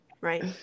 Right